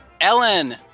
Ellen